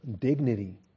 Dignity